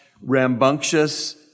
rambunctious